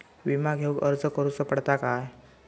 विमा घेउक अर्ज करुचो पडता काय?